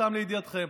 סתם לידיעתכם.